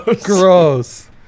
Gross